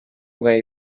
way